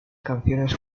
canciones